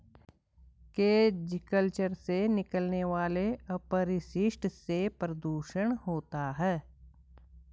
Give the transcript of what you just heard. cage culture से निकलने वाले अपशिष्ट से प्रदुषण होता है